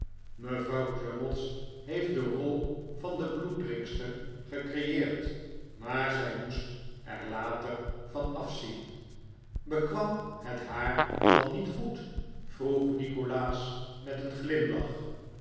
mevrouw crummies heeft de rol van de bloeddrinkster gecreeerd maar zij moest er later van afzien bekwam het haar dan niet goed vroeg nikolaas met een glimlach